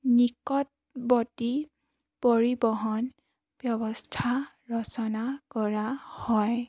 নিকটৱৰ্তী পৰিবহণ ব্যৱস্থা ৰচনা কৰা হয়